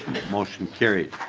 motion carries.